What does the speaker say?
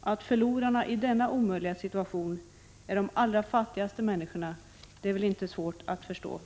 Att förlorarna i denna omöjliga situation är de allra fattigaste människorna är inte svårt att förstå.